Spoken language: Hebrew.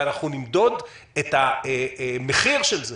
ואנחנו נמדוד את המחיר של זה